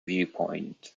viewpoint